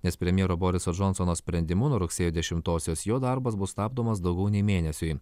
nes premjero boriso džonsono sprendimu nuo rugsėjo dešimtosios jo darbas bus stabdomas daugiau nei mėnesiui